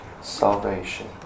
salvation